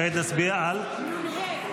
כעת נצביע על -- נ"ה.